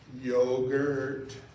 yogurt